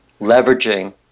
leveraging